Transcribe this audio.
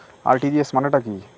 RTGS মানে টা কি?